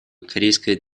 корейская